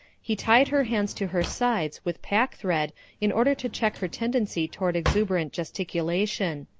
he tied her hands to her sides with pack thread in order to check her tendency toward exuberant gesticulation.